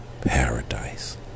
Paradise